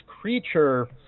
creature